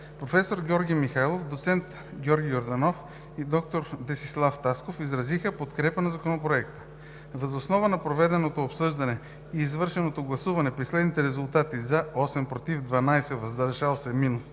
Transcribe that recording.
Професор Георги Михайлов, доцент Георги Йорданов и доктор Десислав Тасков изразиха подкрепа за Законопроекта. Въз основа на проведеното обсъждане и извършеното гласуване при следните резултати: „за“ – 8, „против“ – 12, „въздържал се“